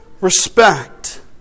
respect